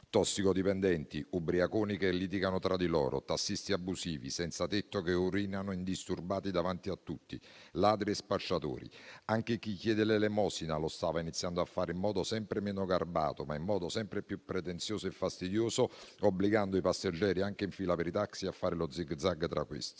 tossicodipendenti, ubriaconi che litigano tra di loro, tassisti abusivi, senzatetto che urinano indisturbati davanti a tutti, ladri e spacciatori. Anche chi chiede l'elemosina lo stava iniziando a fare in modo sempre meno garbato e sempre più pretenzioso e fastidioso, obbligando i passeggeri, anche quelli in fila per i taxi, a fare lo zig-zag tra questi.